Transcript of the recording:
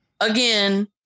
again